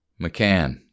McCann